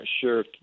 sure